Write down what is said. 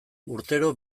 urtero